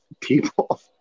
people